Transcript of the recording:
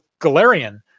Galarian